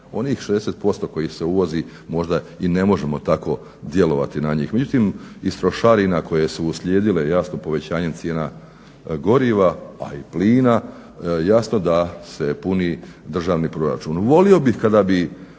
Onih 60% koji se uvozi možda i ne možemo tako djelovati na njih. Međutim, iz trošarina koje su uslijedile jasno povećanjem cijena goriva, a i plina, jasno da se puni državni proračun.